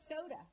soda